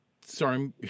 Sorry